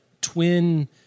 twin